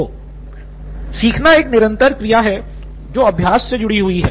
सिद्धार्थ मटूरी सीखना एक निरंतर क्रिया जो अभ्यास से जुड़ी हुई है